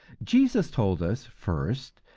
jesus told us, first,